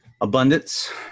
Abundance